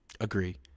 Agree